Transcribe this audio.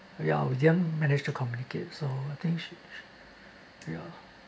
ya we didn't manage to communicate so I think sho~ sho~ ya